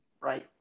Right